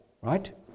right